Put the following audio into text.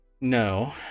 no